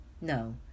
No